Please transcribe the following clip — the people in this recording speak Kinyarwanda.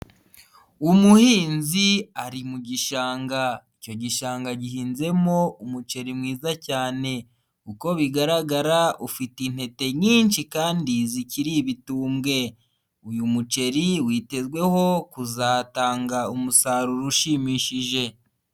Umuhinzi ari mu gishanga, icyo gishanga gihinzemo umuceri mwiza cyane. Uko bigaragara ufite intete nyinshi kandi zikiri ibitubwe. Uyu muceri witezweho kuzatanga umusaruro ushimishije.